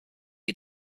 had